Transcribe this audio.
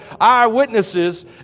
eyewitnesses